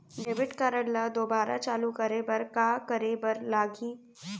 Debit card ला दोबारा चालू करे बर का करे बर लागही?